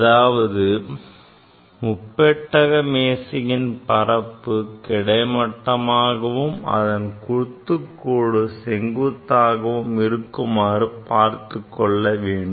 அதாவது முப்பட்டக மேசையின் பரப்பு கிடைமட்டமாகவும் அதன் குத்துக்கோடு செங்குத்தாகவும் இருக்குமாறு பார்த்துக் கொள்ள வேண்டும்